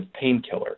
painkiller